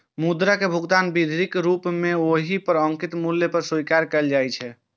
मुद्रा कें भुगतान विधिक रूप मे ओइ पर अंकित मूल्य पर स्वीकार कैल जाइ छै